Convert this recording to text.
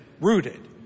rooted